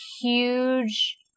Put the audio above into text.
huge